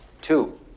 Two